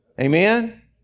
amen